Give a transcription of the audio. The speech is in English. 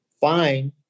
fine